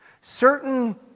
certain